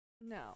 No